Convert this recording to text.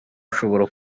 ushobora